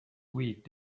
week